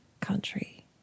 country